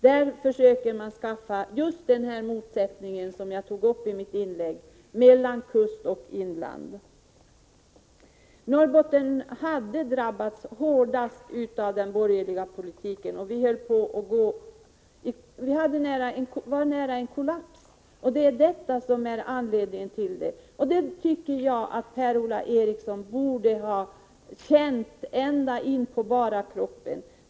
Därigenom försöker man skapa denna motsättning, som jag talade om i mitt inlägg, mellan kustoch inland. Norrbotten hade drabbats hårdast av den borgerliga politiken, och vi var nära en kollaps. Det tycker jag att Per-Ola Eriksson borde ha känt ända in på bara kroppen.